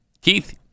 Keith